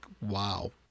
wow